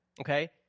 Okay